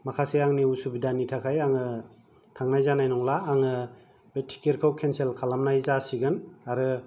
माखासे आंनि उसुबिदानि थाखाय आङो थांनाय जानाय नंला आङो बे टेकेटखौ केन्सेल खालामनाय जासिगोन आरो